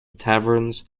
taverns